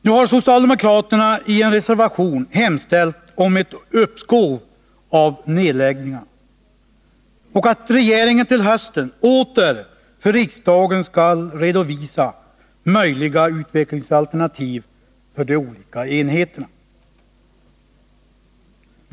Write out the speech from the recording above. Nu har socialdemokraterna i en reservation hemställt om ett uppskov med nedläggningarna och att regeringen till hösten åter för riksdagen skall redovisa möjliga utvecklingsalternativ för de olika enheterna.